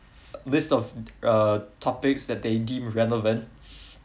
list of uh topic that they deem relevant